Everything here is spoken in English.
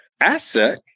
asset